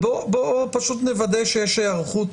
בואו נוודא שיש היערכות